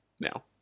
now